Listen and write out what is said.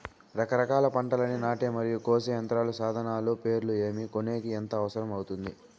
రకరకాల పంటలని నాటే మరియు కోసే యంత్రాలు, సాధనాలు పేర్లు ఏమి, కొనేకి ఎంత అవసరం అవుతుంది?